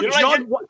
John